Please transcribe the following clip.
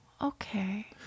Okay